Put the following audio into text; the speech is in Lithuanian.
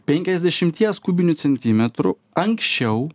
penkiasdešimties kubinių centimetrų anksčiau